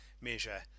measure